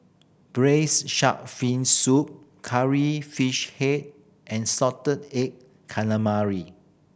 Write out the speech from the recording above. braise shark fin soup Curry Fish Head and salted egg calamari